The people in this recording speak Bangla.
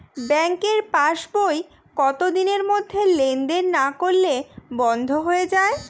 ব্যাঙ্কের পাস বই কত দিনের মধ্যে লেন দেন না করলে বন্ধ হয়ে য়ায়?